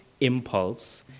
impulse